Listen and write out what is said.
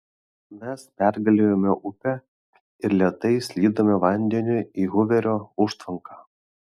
mes pergalėjome upę ir lėtai slydome vandeniu į huverio užtvanką